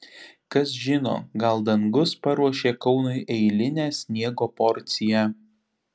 kas žino gal dangus paruošė kaunui eilinę sniego porciją